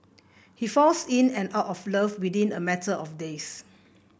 he falls in and out of love within a matter of days